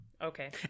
Okay